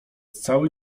cały